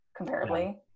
comparably